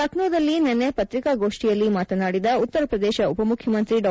ಲಕ್ನೋದಲ್ಲಿ ನಿನ್ನೆ ಪತ್ರಿಕಾಗೋಷ್ಣಿಯಲ್ಲಿ ಮಾತನಾದಿದ ಉತ್ತರ ಪ್ರದೇಶ ಉಪಮುಖ್ಯಮಂತ್ರಿ ಡಾ